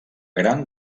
gran